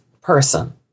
person